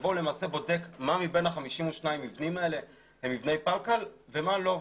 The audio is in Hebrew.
בו למעשה הם בודקים מה מבין ה-52 מבנים האלה הם מבני פלקל ומה לא.